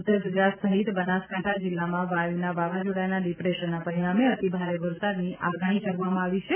ઉત્તરગુજરાત સહિત બનાસકાંઠા જિલ્લામાં વાયુના વાવાઝોડાના ડિપ્રેશનના પરિણામે અતિ ભારે વરસાદની આગાહી કરવામાં આવી છે